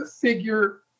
figure